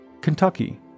Kentucky